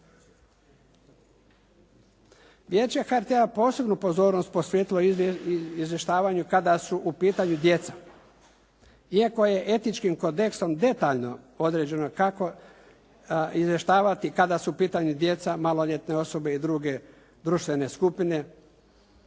Vijeće HRT-a posebnu pozornost posvetilo je izvještavanju kada su u pitanju djeca. Iako je etičkim kodeksom detaljno određeno kako izvještavati kada su u pitanju djeca, maloljetne osobe i druge društvene skupine.